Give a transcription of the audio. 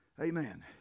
Amen